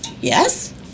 yes